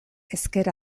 ezker